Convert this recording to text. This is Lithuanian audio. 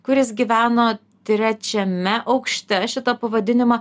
kuris gyveno trečiame aukšte šitą pavadinimą